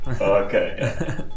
Okay